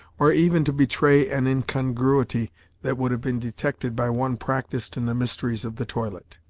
or even to betray an incongruity that would have been detected by one practised in the mysteries of the toilet.